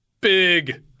Big